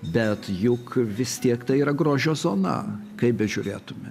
bet juk vis tiek tai yra grožio zona kaip bežiūrėtume